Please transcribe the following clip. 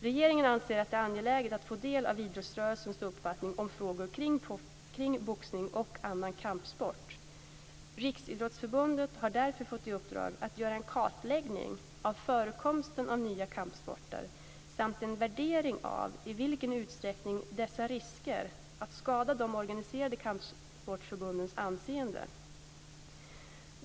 Regeringen anser att det är angeläget att få del av idrottsrörelsens uppfattning om frågor kring boxning och annan kampsport. Riksidrottsförbundet har därför fått i uppdrag att göra en kartläggning av förekomsten av nya kampsporter samt en värdering av i vilken utsträckning dessa riskerar att skada de organiserade kampsportförbundens anseende.